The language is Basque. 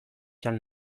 jan